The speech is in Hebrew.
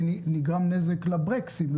כי נגרם נזק לברקסים,